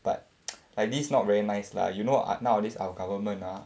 but like this not very nice lah like you know ah nowadays our government ah